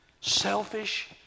selfish